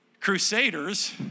crusaders